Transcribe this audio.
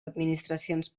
administracions